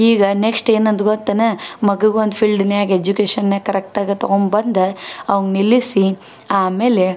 ಈಗ ನೆಕ್ಸ್ಟ್ ಏನು ಅಂದು ಗೊತ್ತೇನು ಮಗುಗೊಂದು ಫೀಲ್ಡಿನ್ಯಾಗ್ ಎಜುಕೇಶನ್ನಾಗ ಕರೆಕ್ಟ್ ಆಗ ತಗೊಂಬಂದು ಅವ್ನಿಗೆ ನಿಲ್ಲಿಸಿ ಆಮೇಲೆ